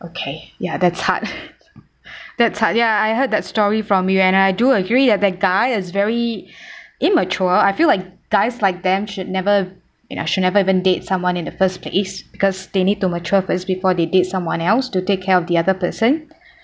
okay ya that's hard that's hard ya I heard that story from you and I do agree that that guy is very immature I feel like guys like them should never you know should never even date someone in the first place because they need to mature first before they date someone else to take care of the other person